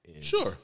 Sure